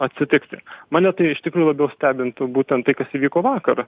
atsitikti mane tai iš tikrųjų labiau stebintų būtent tai kas įvyko vakar